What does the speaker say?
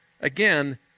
again